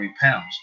pounds